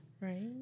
Right